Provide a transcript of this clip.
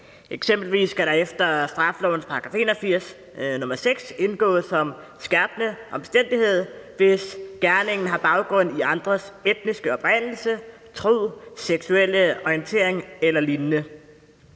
Eksempelvis skal det efter straffelovens § 81, nr. 6, indgå som skærpende omstændighed, hvis gerningen har baggrund i andres etniske oprindelse, tro, seksuelle orientering eller lignende.